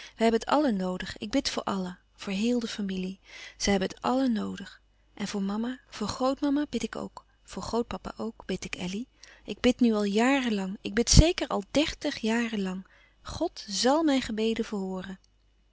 wij hebben het àllen noodig ik bid voor allen voor heel de familie zij hebben het allen noodig en voor mama voor grootmama bid ik ook voor grootpapa ook bid ik elly ik bid nu al jaren lang ik bid zeker al dertig jaren lang god zàl mijn gebeden verhooren